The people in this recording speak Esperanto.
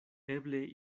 eble